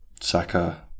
Saka